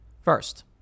first